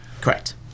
Correct